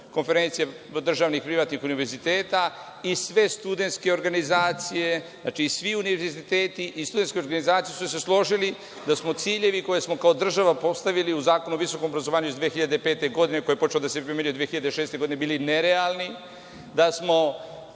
konferencija državnih i privatnih univerziteta i svi univerziteti i studentske organizacije su se složili da su ciljevi koje smo kao država postavili u Zakonu o visokom obrazovanju iz 2005. godine, koji je počeo da se primenjuje 2006. godine, bili nerealni, da smo